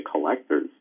collectors